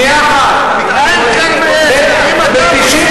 יהודים, יהודים.